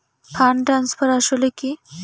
Fund transfer আসলে কী?